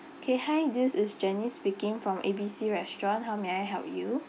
K hi this is jenny speaking from A B C restaurant how may I help you